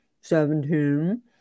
seventeen